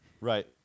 Right